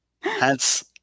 Hence